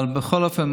אבל בכל אופן,